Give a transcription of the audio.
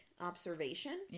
observation